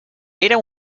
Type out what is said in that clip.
era